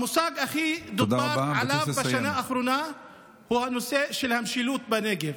המושג שהכי דובר עליו בשנה האחרונה הוא הנושא של המשילות בנגב.